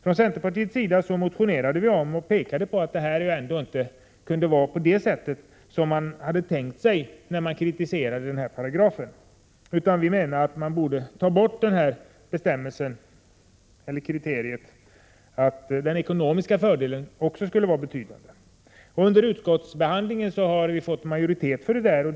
Från centerpartiets sida motionerade vi och pekade på att det ändå inte var så här man hade tänkt sig när man kritiserade denna paragraf. Vi menade att man borde ta bort kriteriet att den ekonomiska fördelen också skulle vara betydande. Under utskottsbehandlingen har vi fått majoritet för detta förslag.